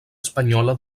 espanyola